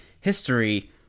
history